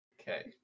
okay